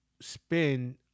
spend